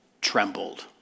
trembled